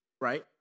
right